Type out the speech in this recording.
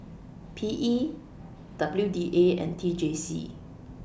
P E W D A and T J C